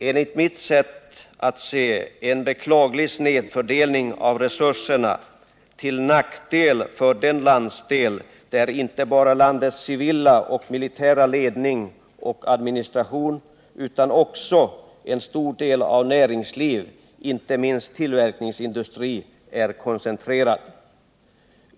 Enligt mitt sätt att se är detta en beklaglig snedfördelning av resurserna till nackdel för den landsdel där inte bara landets civila och militära ledning och administration utan också en stor del av landets näringsliv, inte minst tillverkningsindustri, är koncentrerad.